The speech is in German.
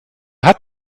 hat